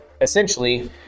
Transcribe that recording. essentially